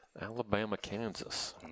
Alabama-Kansas